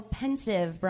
pensive